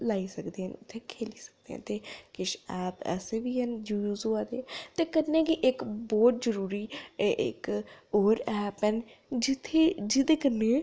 लाई सकदे न ते उत्थै खेह्ली सकदे न ते किश ऐप्प ऐसे बी हैन यूज होआ दे ते कन्नै गै इक बौह्त जरूरी इक होर ऐप्प हैन जित्थै जेह्दे कन्नै